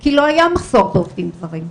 כי לא היה מחסור בעובדים זרים.